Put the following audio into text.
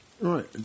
Right